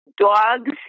Dogs